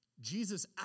Jesus